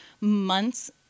months